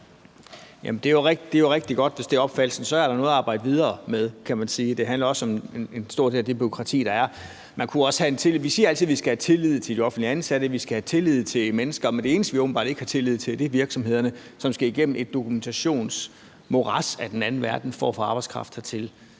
Det er jo rigtig godt, hvis det er opfattelsen. Så er der noget at arbejde videre med, kan man sige. Det handler også om en stor del af det bureaukrati, der er. Man kunne også have tillid. Vi siger altid, vi skal have tillid til de offentligt ansatte, vi skal have tillid til mennesker, men det eneste, vi åbenbart ikke har tillid til, er virksomhederne, som skal igennem et dokumentationsmorads af den anden verden for at få arbejdskraft hertil.